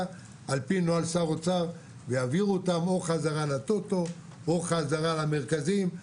על פי נוהל שר אוצר ויעבירו אותן חזרה ל"טוטו" או חזרה למרכזים.